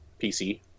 pc